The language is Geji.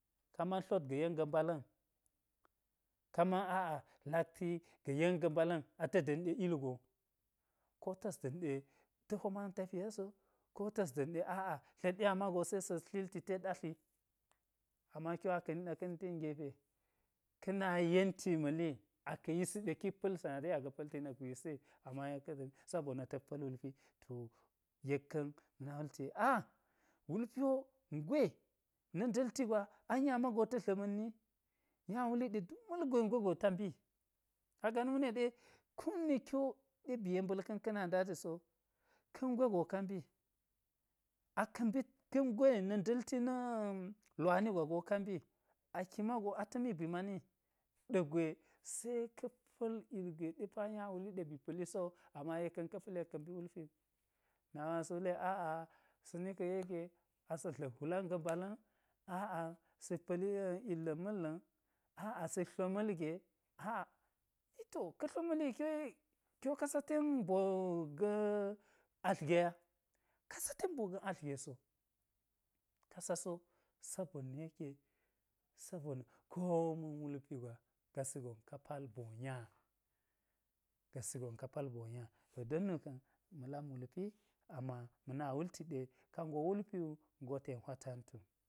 Ka man tlot ga ten ga mbala̱n kaman a-a lakti ga̱ yen ga̱ mbala̱n ata̱ da̱m ɗe llgon, ko ta̱s da̱m ɗe ta̱ po man tafiyaso, ko ta̱s da̱m ɗe a-a tla̱t nya mago se sa̱ tliltitet atli, amaki a ka̱ni ɗa ka̱ni ten gepe ka̱ na yenti ma̱li aka̱ yisi ɗe kik pa̱l sanadiyaga palti nakgwisi amayek ka da̱ sabona̱ ta̱k pa̱l wulpi to yek ka̱n na wulte a-wulpi wo ngwe na̱ nda̱lti gwa ai nya mago tadla̱manni, nya wuli ɗe duk malgwe ngwe go ta mbi, kaga nu newi ɗe kum ne kiwo ɗe ba̱ yemba̱l ka̱n ka̱ na datiso ka ngwe go ka mbi, aka̱ mbit ka̱ ngwe na̱ nda̱lti na̱ lwani gwa go ka mbi aki mago atamik bi mani, ɗa̱ gwe se ka̱ pa̱l ugwe ɗe nya wuli ɗe ba̱ pa̱li sowu ama yek ka̱n ka̱ pa̱li yek ka̱ mbi wulpi wu nami wo asa̱ wule a'a sa̱ni ka yeke asa̱ dla̱k hwulan ga mbala̱n, a'a sik pa̱li-illa̱n ma̱lla̱n aa sik. tlo ma̱lge, a. a, to ka̱ tlo ma̱li ki wo ka sa ten boo ga̱ alt ge a’ ka sa ten boo ga atl ge so, ka sa so, sabona̱ yeke, sabona̱ koma̱n wulpi gwa gasi gon ka pal boo nya, gasi gon ka pal boo nya, to don nu ka̱n ma̱ lam wulpi ama. mana wulti ɗe ka ngo wulpi wu ngo ten hwatantu.